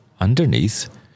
underneath